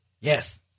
Yes